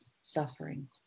suffering